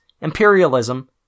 imperialism